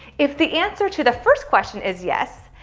if the answer to the first question is yes,